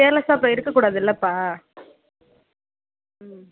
கேர்லெஸ்ஸாக அப்போது இருக்கக்கூடாதில்லப்பா ம்